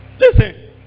listen